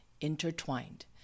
intertwined